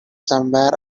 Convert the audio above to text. somewhere